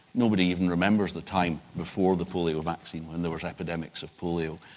nobody even remembers the time before the polio vaccine when there was epidemics of polio.